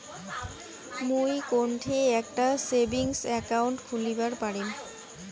মুই কোনঠে একটা সেভিংস অ্যাকাউন্ট খুলিবার পারিম?